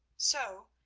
so,